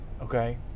Okay